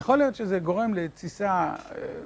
יכול להיות שזה גורם לתסיסה